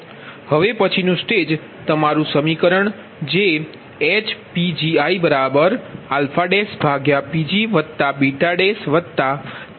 હવે પછીનું સ્ટેજ તમારું સમીકરણ જે કહે HPgiiPgiiPg આ સમીકરણ 1 છે